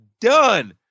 done